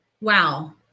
Wow